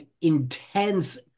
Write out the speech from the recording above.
intense